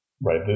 Right